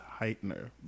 Heitner